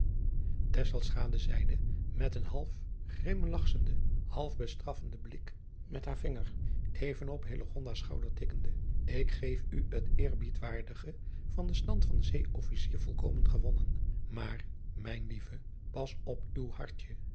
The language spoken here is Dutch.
zeide met een half grimlagschenden half bestraffenden blik met haar vinger even op hillegonda's schouder tikkende ik geef u het eerbiedwaardige van den stand van zee officier volkomen gewonnen maar mijn lieve pas op uw hartje